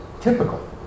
typical